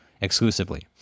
exclusively